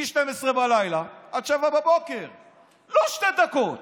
מ-00:00 עד 07:00. לא שתי דקות.